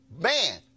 man